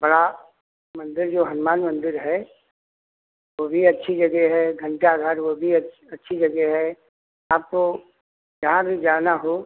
बड़ा मंदिर जो हनुमान मंदिर है वह भी अच्छी जगह है घंटाघर वह भी अच्छी जगह है आपको जहाँ भी जाना हो